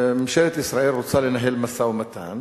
ממשלת ישראל רוצה לנהל משא-ומתן